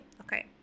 Okay